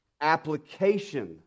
application